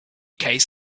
case